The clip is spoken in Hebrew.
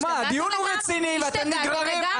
תגידו, אתם השתגעתם לגמרי, השתגעתם לגמרי.